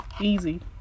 easy